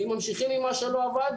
ואם ממשיכים עם מה שלא עבד,